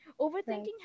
Overthinking